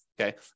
okay